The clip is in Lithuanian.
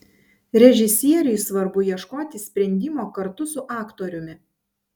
režisieriui svarbu ieškoti sprendimo kartu su aktoriumi